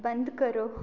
बंद करो